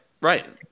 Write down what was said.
right